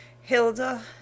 Hilda